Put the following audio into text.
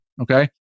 Okay